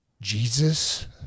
Jesus